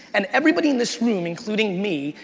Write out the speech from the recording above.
and everybody in this room, including me,